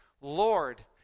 Lord